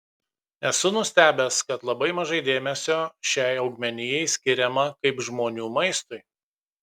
esu nustebęs kad labai mažai dėmesio šiai augmenijai skiriama kaip žmonių maistui